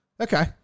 Okay